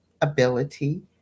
ability